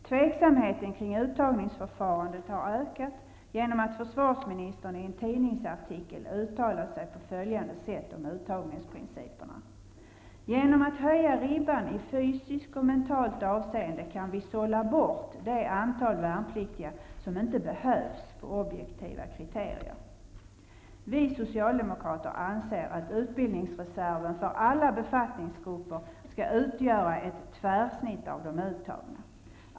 Tveksamheten kring uttagningsförfarandet har ökat genom att försvarsministern i en tidningsartikel uttalat sig på följande sätt om uttagningsprinciperna: ''Genom att höja ribban i fysiskt och mentalt avseende kan vi sålla bort det antal värnpliktiga som inte behövs på objektiva kriterier.'' Vi socialdemokrater anser att utbildningsreserven för alla befattningsgrupper skall utgöra ett tvärsnitt av de uttagna.